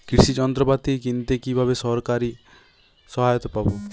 কৃষি যন্ত্রপাতি কিনতে কিভাবে সরকারী সহায়তা পাব?